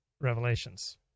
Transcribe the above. revelations